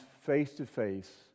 face-to-face